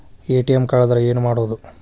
ATM ಕಳದ್ರ ಏನು ಮಾಡೋದು?